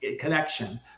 connection